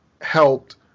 helped